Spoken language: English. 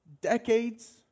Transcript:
decades